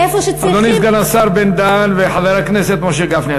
אדוני סגן השר בן-דהן וחבר הכנסת משה גפני,